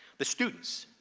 the students.